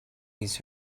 these